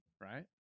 right